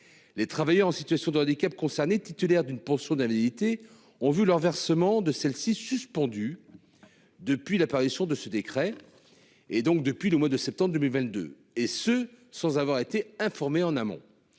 Les travailleurs en situation de handicap. Titulaires d'une pension d'invalidité ont vu leur versement de celle-ci, suspendu. Depuis la parution de ce décret et donc depuis le mois de septembre 2022 et ce, sans avoir été informée en amont.